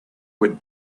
would